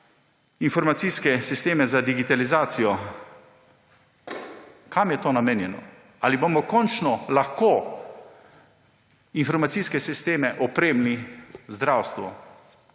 informacijske sisteme, za digitalizacijo. Komu je to namenjeno? Ali bomo končno lahko informacijske sistem opremili zdravstvu,